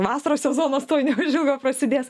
vasaros sezonas tuoj neužilgo prasidės